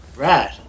Right